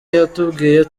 yatubwiye